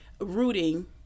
rooting